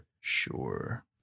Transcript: Sure